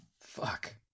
fuck